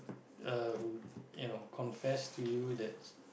uh who you know confess to you that's